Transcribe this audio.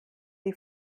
die